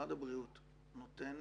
שמשרד הבריאות נותן